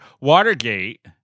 Watergate